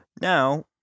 Now